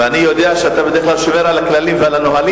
ואני יודע שאתה בדרך כלל שומר על הכללים והנהלים,